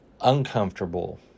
uncomfortable